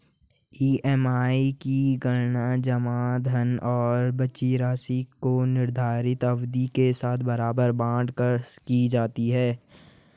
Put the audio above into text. EMI की गणना जमा धन और बची राशि को निर्धारित अवधि के साथ बराबर बाँट कर की जाती है